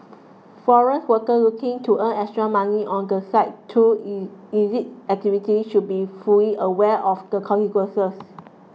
foreign workers looking to earn extra money on the side through illicit activities should be fully aware of the consequences